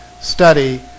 study